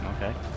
Okay